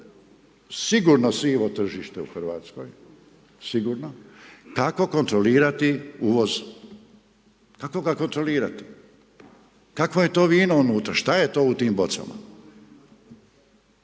sigurno sivo tržište u RH, sigurno, kako kontrolirati uvoz. Kako ga kontrolirati? Kakvo je to vino unutra, šta je to u tim bocama?